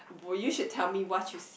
would you should tell me what you see